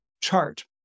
chart